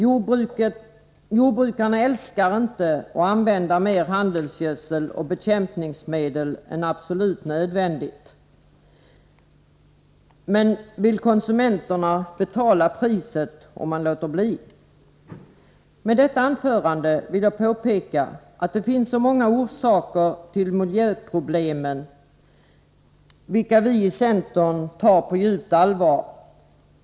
Jordbrukarna älskar inte att använda mer handelsgödsel och bekämpningsmedel än absolut nödvändigt. Men vill konsumenterna betala priset för att jordbrukarna skall låta bli? Med detta anförande vill jag påpeka att det finns många orsaker till miljöproblemen, vilka vi i centern tar på djupt allvar.